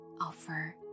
Offer